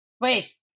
Wait